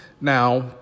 Now